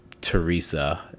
Teresa